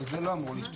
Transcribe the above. לא, זה לא המועד שאמרנו.